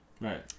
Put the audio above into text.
right